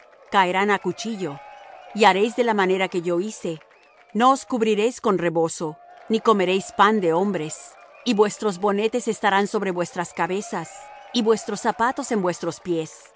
caerán á cuchillo y haréis de la manera que yo hice no os cubriréis con rebozo ni comeréis pan de hombres y vuestros bonetes estarán sobre vuestras cabezas y vuestros zapatos en vuestros pies